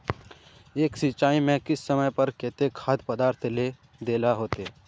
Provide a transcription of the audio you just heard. एक सिंचाई में किस समय पर केते खाद पदार्थ दे ला होते?